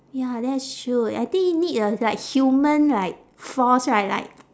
ya that's true I think need a like human like force right like